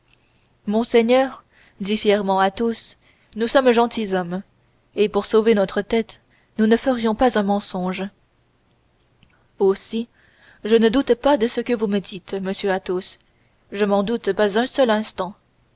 monseigneur dit fièrement athos nous sommes gentilshommes et pour sauver notre tête nous ne ferions pas un mensonge aussi je ne doute pas de ce que vous me dites monsieur athos je n'en doute pas un seul instant